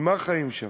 ממה חיים שם?